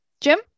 Jim